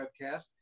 webcast